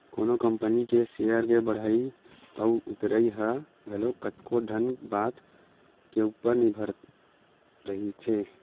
कोनो कंपनी के सेयर के बड़हई अउ उतरई ह घलो कतको ठन बात के ऊपर निरभर रहिथे